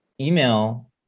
email